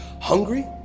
hungry